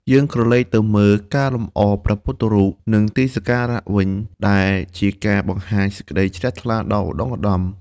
យើងក្រឡេកទៅមើល ការលម្អព្រះពុទ្ធរូប និងទីសក្ការៈវិញ ដែលជាការបង្ហាញសេចក្តីជ្រះថ្លាដ៏ឧត្តុង្គឧត្តម។